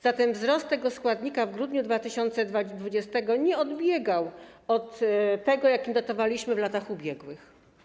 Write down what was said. Zatem wzrost tego składnika w grudniu 2020 r. nie odbiegał od tego, jaki notowaliśmy w latach ubiegłych.